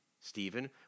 Stephen